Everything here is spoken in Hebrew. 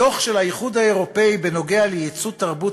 בדוח של האיחוד האירופי בנוגע לייצוא תרבות